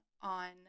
on